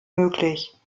möglich